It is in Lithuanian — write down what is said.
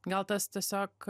gal tas tiesiog